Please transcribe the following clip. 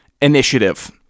initiative